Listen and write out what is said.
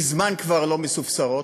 הן מזמן כבר לא מסופסרות.